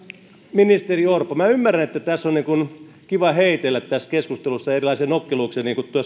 ministeri orpo minä ymmärrän että tässä keskustelussa on kiva heitellä erilaisia nokkeluuksia niin kuin